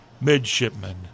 Midshipmen